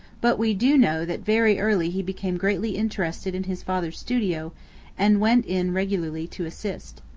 but we do know that very early he became greatly interested in his father's studio and went in regularly to assist.